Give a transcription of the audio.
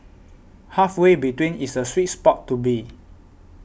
halfway between is the sweet spot to be